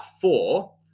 four